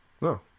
No